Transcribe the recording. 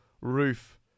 roof